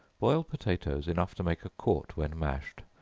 boil potatoes enough to make a quart when mashed,